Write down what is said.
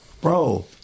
bro